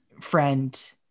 friend